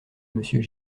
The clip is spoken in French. monsieur